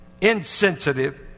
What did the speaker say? Insensitive